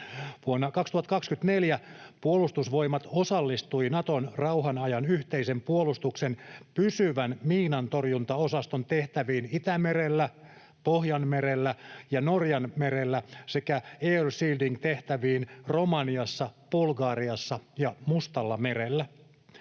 Vuonna 2024 Puolustusvoimat osallistui Naton rauhan ajan yhteisen puolustuksen pysyvän miinantorjuntaosaston tehtäviin Itämerellä, Pohjanmerellä ja Norjanmerellä sekä air shielding ‑tehtäviin Romaniassa, Bulgariassa ja Mustallamerellä.